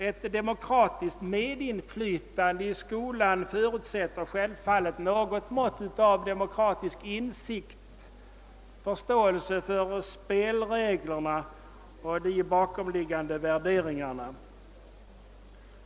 Ett demokratiskt medinflytande i skolan förutsätter självfallet något mått av demokratisk insikt och förståelse för spelreglerna och de bakomliggande värderingarna.